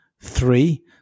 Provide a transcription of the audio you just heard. Three